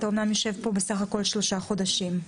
אתה אמנם יושב פה בסך הכול שלושה חודשים.